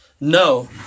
No